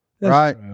Right